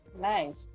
nice